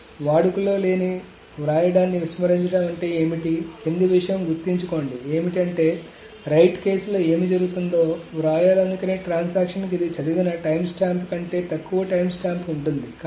కాబట్టి వాడుకలో లేని వ్రాయడాన్ని విస్మరించడం అంటే ఏమిటి కింది విషయం గుర్తుంచుకోండి ఏమిటంటే రైట్ కేసులో ఏమి జరుగుతుందో వ్రాయాలనుకునే ట్రాన్సాక్షన్ కి ఇది చదివిన టైమ్స్టాంప్ కంటే తక్కువ టైమ్స్టాంప్ ఉంటుంది